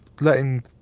letting